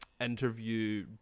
interview